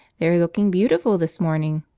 they are looking beautiful this morning.